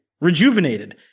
rejuvenated